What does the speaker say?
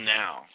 now